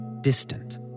distant